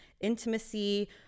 intimacy